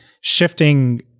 shifting